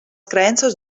creences